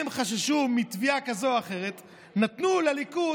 הם חששו מתביעה כזו או אחרת ונתנו לליכוד,